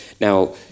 Now